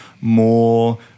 more